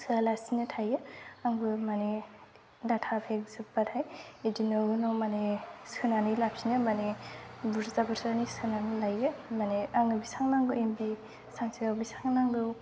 सोआलासिनो थायो आंबो माने डाटा पेक जोब्बाथाय बिदिनो उनाव माने सोनानै लाफिननो माने बुराज बुरजानि सोनानै लायो माने आंनो बेसेबां नांगौ सानसेयाव बेसेबां नांगौ